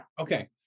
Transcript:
Okay